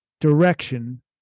direction